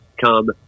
come